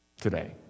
today